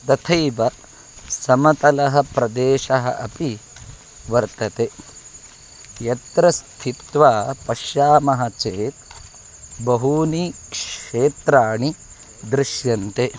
तथैव समतलः प्रदेशः अपि वर्तते यत्र स्थित्वा पश्यामः चेत् बहूनि क्षेत्राणि दृश्यन्ते